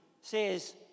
says